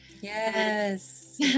yes